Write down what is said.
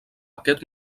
aquest